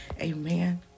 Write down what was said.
Amen